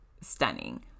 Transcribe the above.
stunning